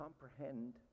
comprehend